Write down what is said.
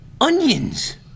onions